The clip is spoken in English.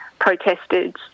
protested